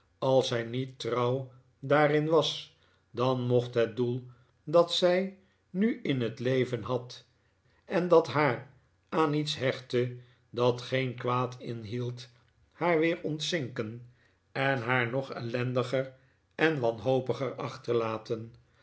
als zij niet trouw daarin was dan mocht het doel dat zij nu in het leven had en dat haar aan iets hechtte dat geen kwaad inhield haar weer ontzinken en haar nog ellendiger en wanhopiger achterlaten